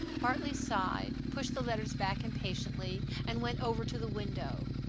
bartley sighed, pushed the letters back impatiently, and went over to the window.